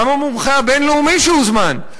גם המומחה הבין-לאומי שהוזמן,